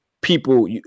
people